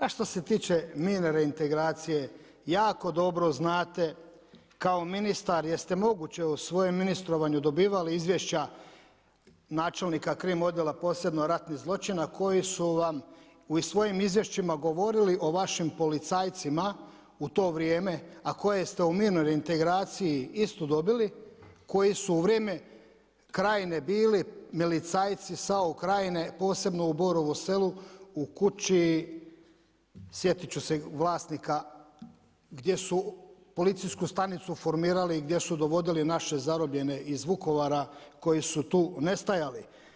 A što se tiče mirne reintegracije, jako dobro znate kao ministar jer ste moguće u svojem ministrovanju dobivali izvješća načelnika Krim odjela posebno ratnih zločina, koji su vam u svojim izvješćima govorili o vašim policajcima u to vrijeme, a koje ste u mirnoj reintegraciji isto dobili, koji su u vrijeme krajine bili milicajci SAO Krajine, posebno u Borovu Selu u kući sjetit ću se vlasnika gdje su policijsku stanicu formirali i gdje su dovodili naše zarobljene iz Vukovara koji su tu nestajali.